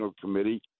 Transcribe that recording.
Committee